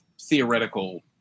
theoretical